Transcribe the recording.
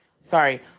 Sorry